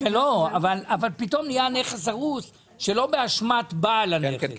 אבל פתאום נהיה נכס הרוס שלא באשמת בעל הנכס.